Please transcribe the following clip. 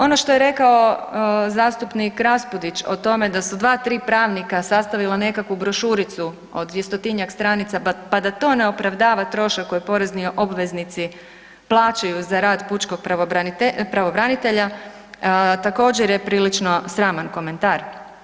Ono što je rekao zastupnik Raspudić o tome da su 2, 3 pravnika sastavila nekakvu brošuricu od 200-tinjak stranica pa da to ne opravdava trošak koji porezni obveznici plaćaju za rad pučkog pravobranitelja, također je prilično sraman komentar.